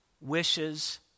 wishes